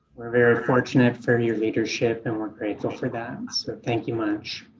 we're very fortunate for your leadership and we're grateful for that. so thank you much.